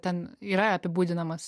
ten yra apibūdinamas